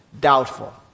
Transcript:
doubtful